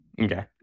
okay